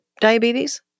diabetes